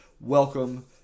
welcome